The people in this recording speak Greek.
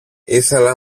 ήθελα